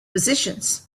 positions